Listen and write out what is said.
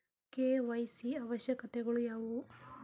KYC ಅವಶ್ಯಕತೆಗಳು ಯಾವುವು?